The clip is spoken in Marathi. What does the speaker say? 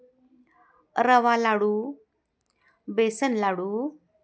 रवा लाडू बेसन लाडू